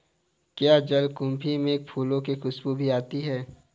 क्या जलकुंभी के फूलों से खुशबू भी आती है